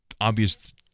obvious